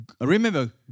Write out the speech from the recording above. Remember